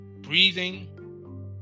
breathing